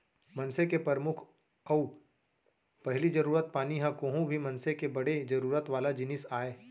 मनसे के परमुख अउ पहिली जरूरत पानी ह कोहूं भी मनसे के बड़े जरूरत वाला जिनिस आय